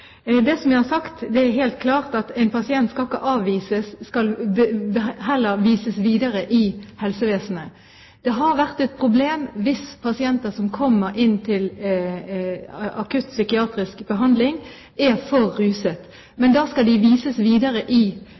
Det jeg har sagt, er at det er helt klart at en pasient ikke skal avvises, men heller henvises videre i helsevesenet. Det har vært et problem hvis pasienter som har kommet inn til akutt psykiatrisk behandling, har vært for ruset. Men da skal de henvises videre i